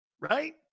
Right